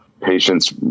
patients